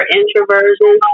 introversion